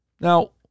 Now